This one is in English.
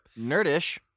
Nerdish